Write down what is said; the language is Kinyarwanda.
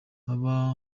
haba